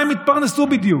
ממה הם יתפרנסו בדיוק?